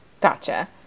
Gotcha